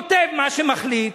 כותב מה שמחליט,